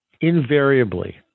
invariably